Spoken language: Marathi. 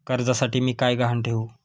कर्जासाठी मी काय गहाण ठेवू?